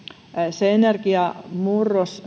se energiamurros